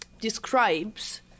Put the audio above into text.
describes